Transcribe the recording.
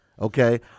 Okay